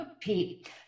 Pete